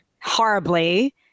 horribly